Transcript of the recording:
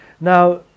Now